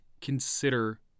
consider